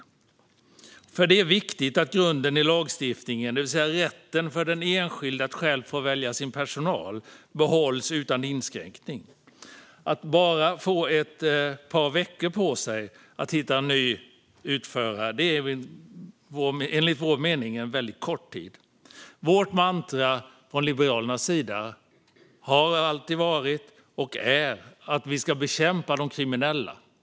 Det är nämligen viktigt att grunden i lagstiftningen, det vill säga rätten för den enskilde att själv få välja sin personal, behålls utan inskränkning. Att bara få ett par veckor på sig att hitta en ny utförare är enligt vår mening en väldigt kort tid. Vårt mantra från Liberalernas sida har alltid varit, och är, att vi ska bekämpa de kriminella.